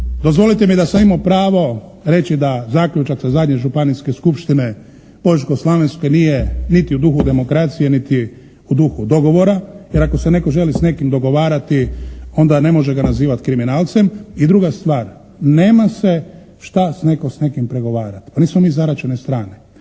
Dozvolite mi da sam imao pravo reći da zaključak sa zadnje županijske skupštine Požeško-slavonske nije niti u duhu demokracije niti u duhu dogovora, jer ako se netko želi s nekim dogovarati, onda ne može ga nazivati kriminalcem. I druga stvar, nema se što netko s nekim pregovarati. Pa nismo mi zaraćene strane.